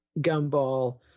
Gumball